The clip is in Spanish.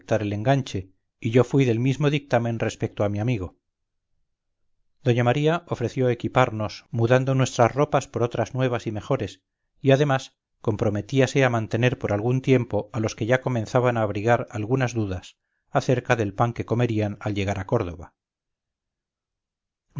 el enganche y yo fui del mismo dictamen respecto a mi amigo doña maría ofreció equiparnos mudando nuestras ropas por otras nuevas y mejores y además comprometíase a mantener por algún tiempo a los que ya comenzaban a abrigar algunas dudas acerca del pan que comerían al llegar a córdoba no